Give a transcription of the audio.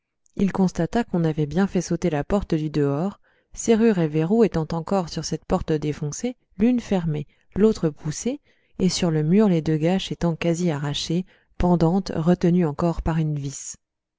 il constata qu'on avait bien fait sauter la porte du dehors serrure et verrou étant encore sur cette porte défoncée l'une fermée l'autre poussé et sur le mur les deux gâches étant quasi arrachées pendantes retenues encore par une vis